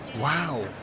wow